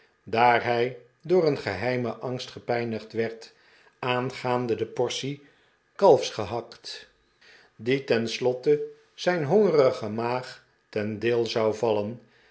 daar hij door een geheimen angst gepijnigd werd aangaande de portie kalfsgehakt die ten slotte zijn hongerige maag ten deel zou vallen